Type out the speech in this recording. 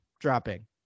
dropping